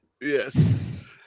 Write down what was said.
Yes